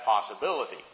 possibility